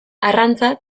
arrantza